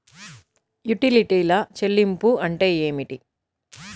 యుటిలిటీల చెల్లింపు అంటే ఏమిటి?